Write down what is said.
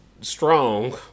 strong